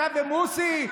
אתה ומוסי,